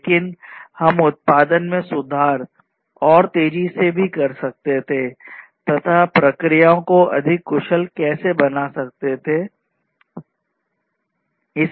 लेकिन हम उत्पादन में सुधार और तेज भी कैसे कर सकते हैं तथा प्रक्रियाओं को अधिक कुशल कैसे बना सकते हैं